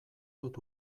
dut